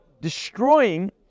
destroying